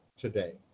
today